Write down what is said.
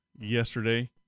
yesterday